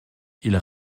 ils